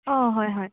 অ' হয় হয়